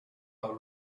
how